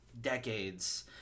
decades